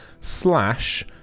slash